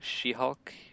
She-Hulk